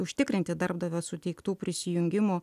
užtikrinti darbdavio suteiktų prisijungimų